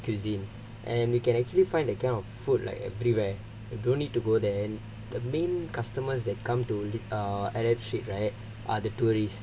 cuisine and you can actually find that kind of food like everywhere I don't need to go there and the main customers that come to li~ ah arab street right are the tourist